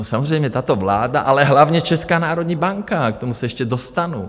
Samozřejmě tato vláda, ale hlavně Česká národní banka k tomu se ještě dostanu.